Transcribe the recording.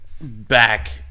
Back